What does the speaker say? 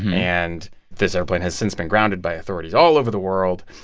and this airplane has since been grounded by authorities all over the world.